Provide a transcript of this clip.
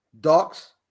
Docs